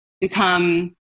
become